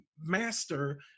master